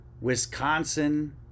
Wisconsin